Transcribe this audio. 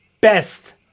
best